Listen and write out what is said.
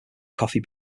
coffee